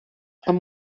amb